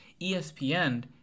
ESPN